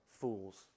fools